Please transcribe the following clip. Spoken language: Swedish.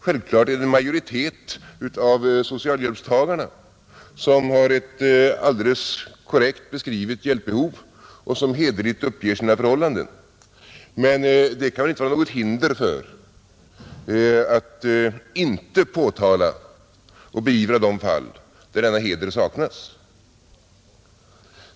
Självklart är det en majoritet av socialhjälpstagarna som har ett alldeles korrekt beskrivet hjälpbehov och som hederligt uppger sina förhållanden, men det kan inte vara något hinder för att påtala och beivra de fall där denna heder saknas.